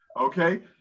okay